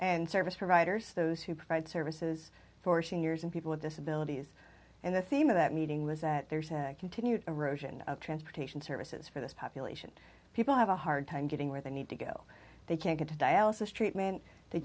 and service providers those who provide services for seniors and people with disabilities and the theme of that meeting was that there's a continued erosion of transportation services for this population people have a hard time getting where they need to go they can't get to dialysis treatment they